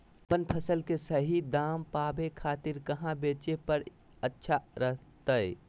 अपन फसल के सही दाम पावे खातिर कहां बेचे पर अच्छा रहतय?